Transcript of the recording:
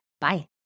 Bye